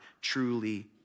truly